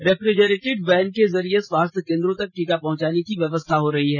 refrigerated van के जरिये स्वास्थ्य केंद्रों तक टीका पहुंचाने की व्यवस्था हो रही है